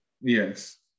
Yes